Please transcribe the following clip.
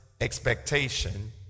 expectation